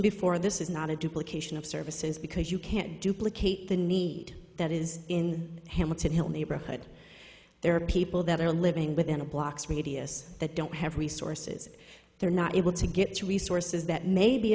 before this is not a duplication of services because you can't duplicate the need that is in hamilton hill neighborhood there are people that are living within a block radius that don't have resources they're not able to get to resources that may be